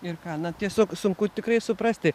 ir ką na tiesiog sunku tikrai suprasti